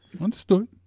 Understood